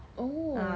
oh